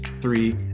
three